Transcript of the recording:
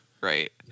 Right